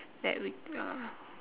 that we uh